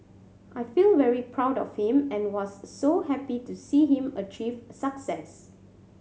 I feel very proud of him and was so happy to see him achieve success